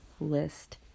list